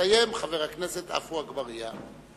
יסיים חבר הכנסת עפו אגבאריה.